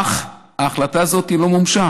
כי הכול נגמר, אך ההחלטה הזאת לא מומשה,